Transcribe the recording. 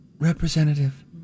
representative